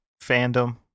fandom